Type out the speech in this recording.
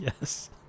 Yes